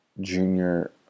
Junior